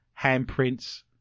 handprints